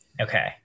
Okay